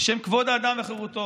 בשם כבוד האדם וחירותו.